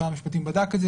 משרד המשפטים בדק את זה